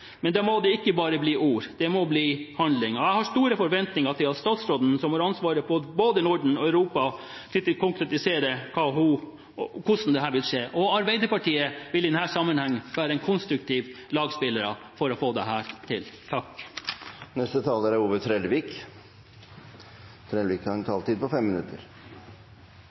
Men da må det ikke bare bli ord, det må bli handling. Jeg har store forventninger til at statsråden, som har ansvaret for både Norden og Europa, konkretiserer hva og hvordan dette skal skje. Og Arbeiderpartiet vil i denne sammenheng være en konstruktiv lagspiller for å få dette til. Her heime i Noreg er me i ei omstilling av norsk økonomi. Sjølv om olje og gass kjem til